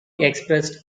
expressed